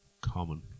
common